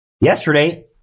yesterday